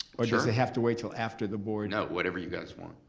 or does he have to wait til after the board no, whatever you guys want.